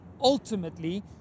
ultimately